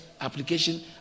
application